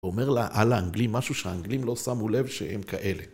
הוא אומר על האנגלים משהו שהאנגלים לא שמו לב שהם כאלה.